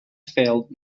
failed